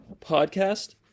podcast